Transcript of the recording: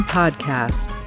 podcast